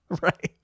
Right